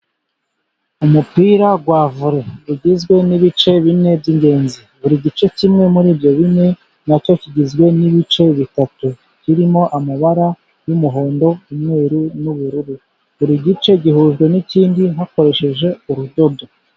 Umupira wa vore ugizwe n'ibice bine by'ingenzi, buri gice kimwe muri ibyo bine na cyo kigizwe n'ibice bitatu birimo amabara y'umuhondo, umweru n'ubururu, buri gice gihujwe n'ikindi hakoresheje urudodo.